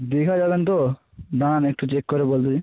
দীঘা যাবেন তো দাঁড়ান একটু চেক করে বলতে দিন